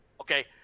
Okay